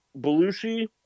Belushi